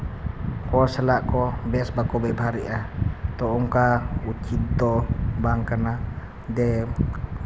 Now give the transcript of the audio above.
ᱦᱚᱲ ᱥᱟᱞᱟᱜ ᱠᱚ ᱵᱮᱥ ᱵᱟᱠᱚ ᱵᱮᱵᱷᱟᱨᱮᱜᱼᱟ ᱛᱳ ᱚᱱᱠᱟ ᱩᱪᱤᱛ ᱫᱚ ᱵᱟᱝ ᱠᱟᱱᱟ ᱡᱮ